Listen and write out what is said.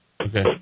Okay